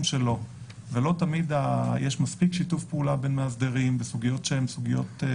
שלו ולא תמיד יש מספיק שיתוף פעולה בין מאסדרים בסוגיות משותפות.